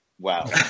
Wow